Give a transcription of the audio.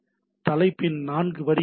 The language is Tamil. தலைப்பின் நான்கு வரிகள் உள்ளன